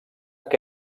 que